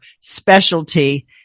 specialty